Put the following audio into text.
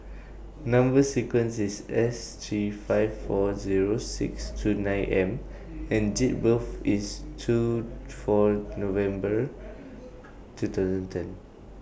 Number sequence IS S three five four Zero six two nine M and Date of birth IS two four November two thousand ten